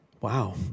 Wow